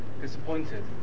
disappointed